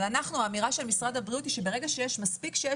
אבל האמירה של משרד הבריאות היא שמספיק שיש